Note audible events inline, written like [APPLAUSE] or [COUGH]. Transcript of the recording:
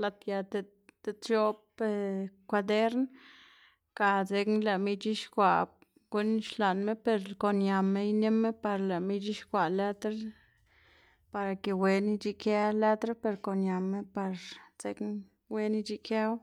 lad gët diꞌt diꞌt x̱oꞌb [HESITATION] kwadern, ga dzekna lëꞌma ic̲h̲ixkwaꞌ guꞌn xlaꞌnma ber kon l¿ñama iníma par lëꞌma ic̲h̲ixkwaꞌ letr, para ke wen ic̲h̲aꞌkë letr ber kon ñama par dzekna wen ic̲h̲aꞌkëwu.